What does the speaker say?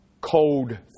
cold